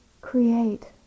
create